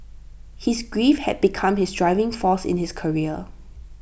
his grief had become his driving force in his career